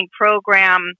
program